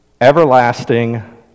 everlasting